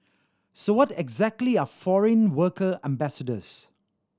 so what exactly are foreign worker ambassadors